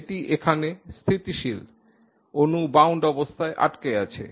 এটি এখানে স্থিতিশীল অণু বাউন্ড অবস্থায় আটকে আছে